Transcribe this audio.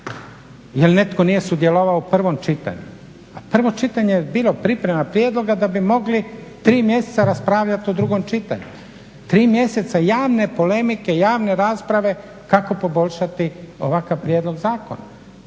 jel netko nije sudjelovao u prvom čitanju, a prvo čitanje je bilo priprema prijedloga da bi mogli 3 mjeseca raspravljat o drugom čitanju. 3 mjeseca javne polemike, javne rasprave kako poboljšati ovakav prijedlog zakona.